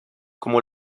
como